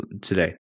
today